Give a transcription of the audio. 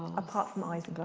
apart from isenglass.